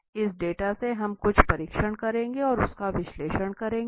इस डाटा से हम कुछ परीक्षण करेंगे और उसका विश्लेषण करेंगे